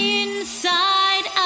inside